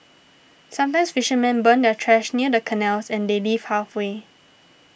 sometimes fishermen burn their trash near the canals and they leave halfway